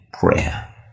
prayer